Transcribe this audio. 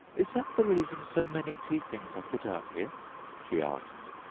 is that the reason so many tea-things are put out here she asked.